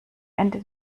ende